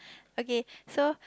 okay so